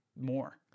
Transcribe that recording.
more